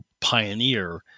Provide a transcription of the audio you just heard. pioneer